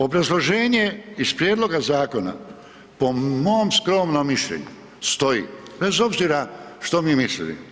Obrazloženje iz prijedloga zakona po mom skromnom mišljenju stoji, bez obzira što mi mislili.